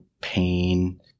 pain